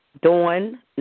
*Dawn*